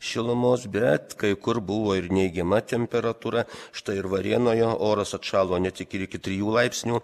šilumos bet kai kur buvo ir neigiama temperatūra štai ir varėnoje oras atšalo ne tik ir iki trijų laipsnių